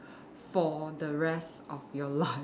for the rest of your life